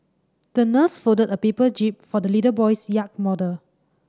the nurse folded a paper jib for the little boy's yacht model